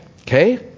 okay